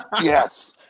Yes